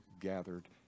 gathered